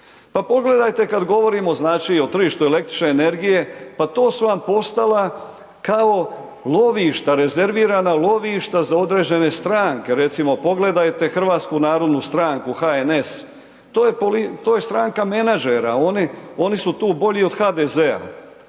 Pa pogledajte kada govorimo znači o tržištu električne energije, pa to su vam postala kao lovišta, rezervirana lovišta za određene stranke recimo pogledajte Hrvatsku narodnu stranku HNS, to je stranka menadžera, oni su tu bolji od HDZ-a,